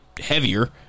heavier